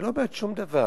היא לא אומרת שום דבר,